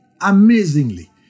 amazingly